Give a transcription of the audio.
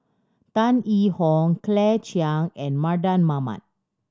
Tan Yee Hong Claire Chiang and Mardan Mamat